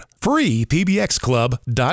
freepbxclub.com